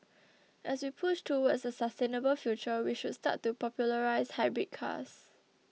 as we push towards a sustainable future we should start to popularise hybrid cars